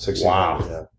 Wow